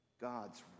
God's